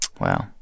wow